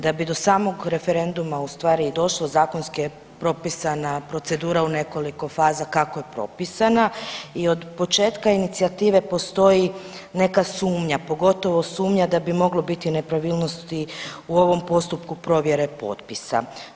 Da bi do samog referenduma u stvari i došlo zakonski je propisana procedura u nekoliko faza kako je propisana i od početka inicijative postoji neka sumnja, pogotovo sumnja da bi moglo biti nepravilnosti u ovom postupku provjere potpisa.